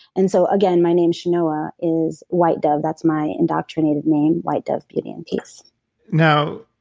and so, again, my name chenoa is white dove, that's my indoctrinated name. white dove, beauty, and peace now,